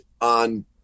on